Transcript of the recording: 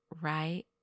right